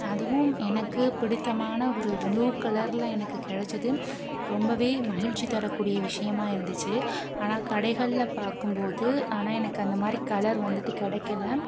அதுவும் எனக்கு பிடித்தமான ஒரு ப்ளூ கலர்ல எனக்கு கிடச்சது ரொம்பவே மகிழ்ச்சி தரக்கூடிய விஷியமாக இருந்துச்சு ஆனால் கடைகள்ல பார்க்கும்போது ஆனால் எனக்கு அந்தமாதிரி கலர் வந்துட்டு கிடைக்கல